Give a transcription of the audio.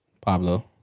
Pablo